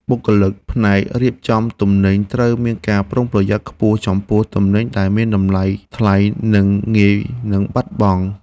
បុគ្គលិកផ្នែករៀបចំទំនិញត្រូវមានការប្រុងប្រយ័ត្នខ្ពស់ចំពោះទំនិញដែលមានតម្លៃថ្លៃ និងងាយនឹងបាត់បង់។